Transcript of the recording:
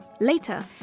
Later